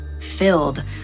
filled